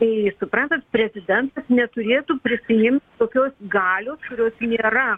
tai suprantat prezidentas neturėtų prisiimt tokios galios kurios nėra